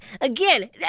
Again